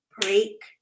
break